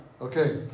Okay